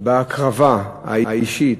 ההקרבה האישית,